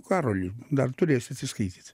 karoli dar turėsi atsiskaityt